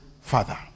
father